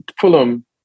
Fulham